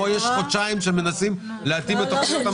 פה יש חודשיים שמנסים להתאים את תוכניות הממשלה,